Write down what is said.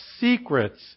secrets